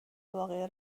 واقعه